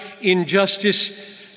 injustice